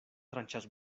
tranĉas